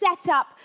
setup